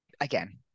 again